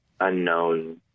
unknown